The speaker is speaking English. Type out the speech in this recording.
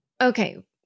Okay